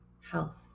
health